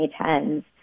2010s